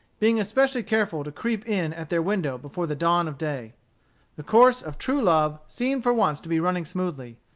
being especially careful to creep in at their window before the dawn of day the course of true love seemed for once to be running smoothly.